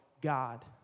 God